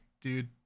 dude